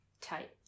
tight